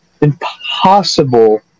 impossible